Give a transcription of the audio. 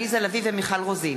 עליזה לביא ומיכל רוזין